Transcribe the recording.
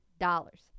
dollars